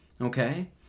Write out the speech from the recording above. okay